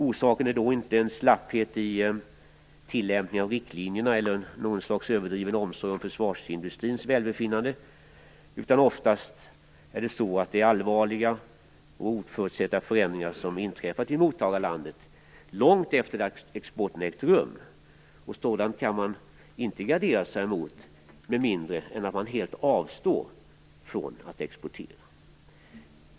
Orsaken är då inte en slapphet i tillämpningen av riktlinjerna eller en överdriven omsorg om försvarsindustrins välbefinnande, utan oftast har allvarliga och oförutsedda förändringar inträffat i mottagarlandet långt efter det att exporten ägt rum. Sådant kan man inte gardera sig mot med mindre än att man avstår helt och hållet från att exportera.